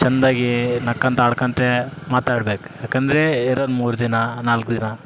ಚಂದಾಗಿ ನಕ್ಕೊತ ಆಡ್ಕೋಂತ ಮಾತಾಡ್ಬೇಕು ಯಾಕಂದರೆ ಇರೋದ್ ಮೂರು ದಿನ ನಾಲ್ಕು ದಿನ